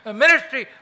ministry